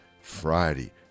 Friday